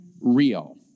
real